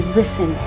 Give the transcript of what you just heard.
listen